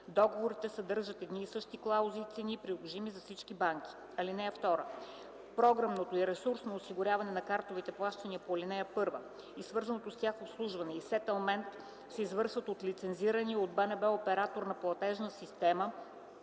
Договорите съдържат едни и същи клаузи и цени, приложими за всички банки. (2) Програмното и ресурсното осигуряване на картовите плащания по ал. 1 и свързаното с тях обслужване и сетълмент се извършват от лицензирания от БНБ оператор на платежна система